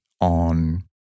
on